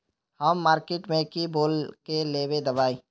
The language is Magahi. हम मार्किट में की बोल के लेबे दवाई?